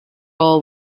all